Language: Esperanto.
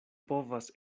povas